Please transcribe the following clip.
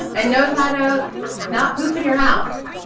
and knows how to not poop in your house.